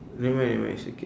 nevermind nevermind it's okay